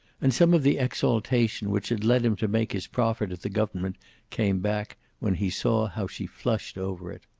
and some of the exaltation which had led him to make his proffer to the government came back when he saw how she flushed over it.